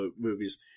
movies